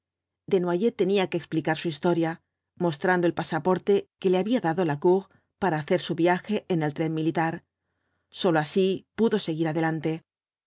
desnoyers tenía que explicar su historia mostrando el pasaporte que le había dado lacour para hacer su viaje en el tren militar sólo así pudo seguir adelante